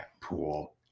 pool